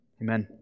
Amen